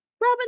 Robin